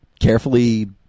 carefully